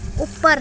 ਉੱਪਰ